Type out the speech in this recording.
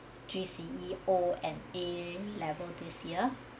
G_C_E O and A level this year